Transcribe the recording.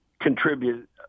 contribute